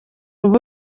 ubu